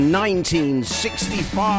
1965